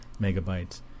megabytes